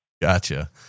Gotcha